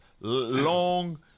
long